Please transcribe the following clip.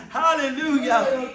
hallelujah